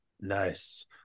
Nice